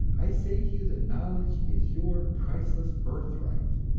i say to you that knowledge is your priceless birthright,